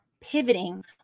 pivoting